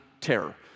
terror